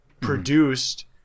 produced